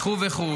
וכו' וכו'.